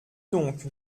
donc